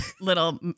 little